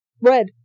red